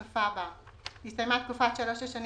בסופה יבוא: "הסתיימה תקופת שלוש השנים